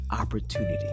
opportunity